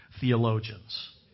theologians